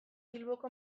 bilboko